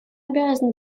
обязано